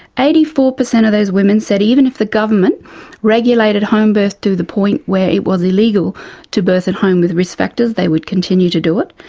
eighty-four per cent of those women said, even if the government regulated homebirth to the point where it was illegal to birth at home with the risk factors they would continue to do it,